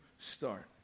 start